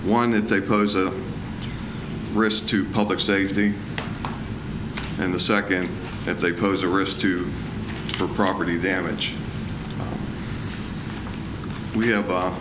one that they pose a risk to public safety and the second if they pose a risk to the property damage we have a